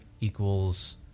equals